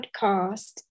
podcast